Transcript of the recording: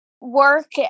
work